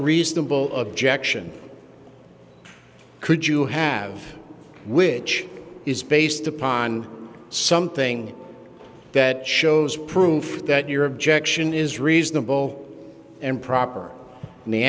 reasonable objection could you have which is based upon something that shows proof that your objection is reasonable and proper and the